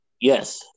Yes